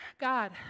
God